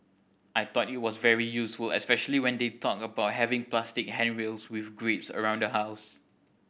I thought it was very useful especially when they talked about having plastic handrails with grips around the house